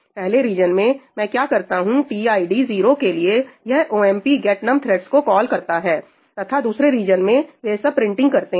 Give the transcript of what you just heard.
पहले रीजन में मैं क्या करता हूं टीआईडी 0 के लिए यह omp get num threads को कॉल करता है तथा दूसरे रीजन में वे सब प्रिंटिंग करते हैं